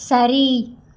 சரி